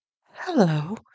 hello